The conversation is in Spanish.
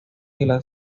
glaciar